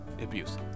abuse